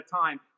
time